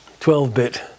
12-bit